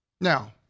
Now